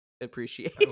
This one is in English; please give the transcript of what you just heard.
appreciate